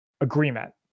agreement